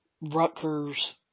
Rutgers